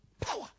Power